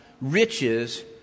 Riches